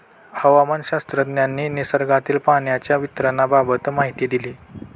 हवामानशास्त्रज्ञांनी निसर्गातील पाण्याच्या वितरणाबाबत माहिती दिली